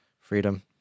Freedom